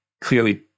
clearly